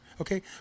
okay